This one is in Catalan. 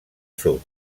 sud